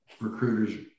recruiters